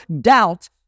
doubt